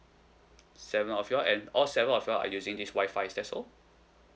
seven of you all and all seven of you all are using this Wi-Fi is that so